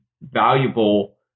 valuable